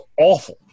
awful